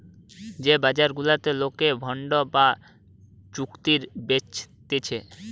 যে বাজার গুলাতে লোকে বন্ড বা চুক্তি বেচতিছে